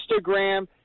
Instagram